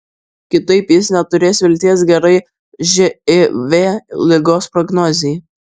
kitaip jis neturės vilties gerai živ ligos prognozei